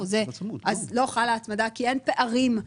חוזה אז לא חלה הצמדה כי אין פערים של זמנים.